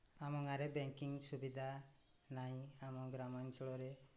ଆମ ଗାଁରେ ବ୍ୟାଙ୍କିଂ ସୁବିଧା ନାହିଁ ଆମ ଗ୍ରାମାଞ୍ଚଳରେ